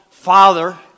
father